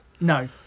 No